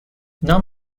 نام